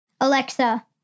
Alexa